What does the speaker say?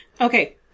Okay